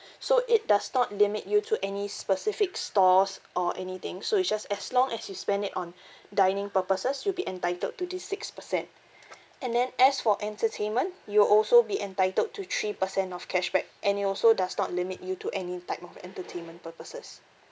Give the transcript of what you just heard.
so it does not limit you to any specific stores or anything so it's just as long as you spend it on dining purposes you'll be entitled to this six percent and then as for entertainment you will also be entitled to three percent of cashback and it also does not limit you to any type of entertainment purposes